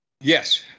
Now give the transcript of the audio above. Yes